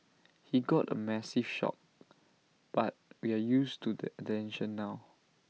he got A massive shock but we're used to the attention now